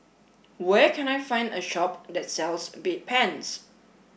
where can I find a shop that sells bedpans